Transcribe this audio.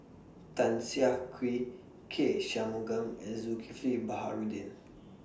Tan Siah Kwee K Shanmugam and Zulkifli Baharudin